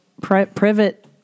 private